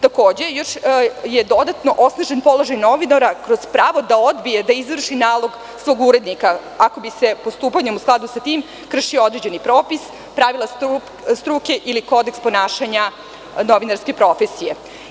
Takođe, još je dodatno osnažen položaj novinara kroz pravo da odbije da izvrši nalog svog urednika ako bi se postupanjem u skladu sa tim kršio određeni propis, pravila struke ili kodeks ponašanja novinarske profesije.